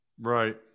right